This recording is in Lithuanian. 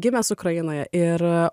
gimęs ukrainoje ir